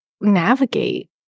navigate